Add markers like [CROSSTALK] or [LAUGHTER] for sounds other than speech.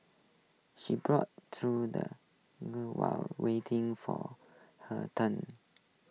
she browsed through the [UNINTELLIGIBLE] while waiting for her turn